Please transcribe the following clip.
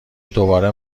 دوباره